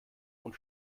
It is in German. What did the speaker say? und